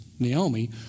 Naomi